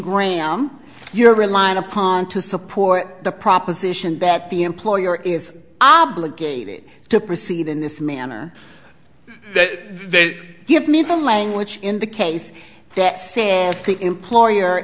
gray am you're relying upon to support the proposition that the employer is obligated to proceed in this manner that they give me the language in the case that the employer